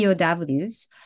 POWs